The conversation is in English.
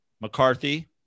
McCarthy